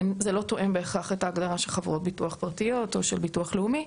זה לא תואם בהכרח את ההגדרה של חברות ביטוח פרטיות או של ביטוח לאומי,